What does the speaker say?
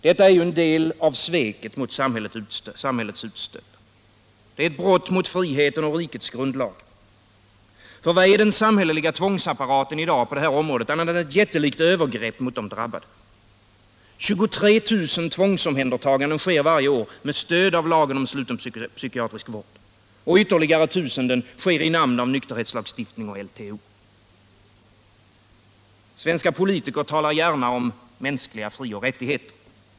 Detta är en del av sveket mot samhällets utstötta. Det är ett brott mot friheten och rikets grundlagar. Ty vad är den samhälleliga tvångsapparaten i dag på detta område annat än ett jättelikt övergrepp mot de drabbade? 23 000 tvångsomhändertaganden sker varje år med stöd av lagen om sluten psykiatrisk vård, och ytterligare tusenden sker i namn av nykterhetslagstiftning och LTO. Svenska politiker talar gärna om mänskliga frioch rättigheter.